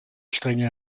strenge